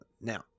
Now